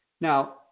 Now